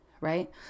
right